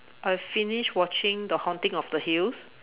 I've finish watching the haunting of the hills